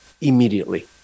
immediately